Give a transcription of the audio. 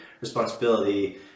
responsibility